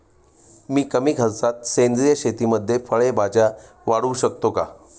मी कमी खर्चात सेंद्रिय शेतीमध्ये फळे भाज्या वाढवू शकतो का?